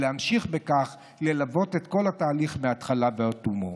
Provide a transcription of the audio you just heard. להמשיך בכך וללוות את כל התהליך מהתחלה ועד תום.